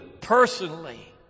personally